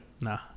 nah